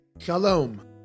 Shalom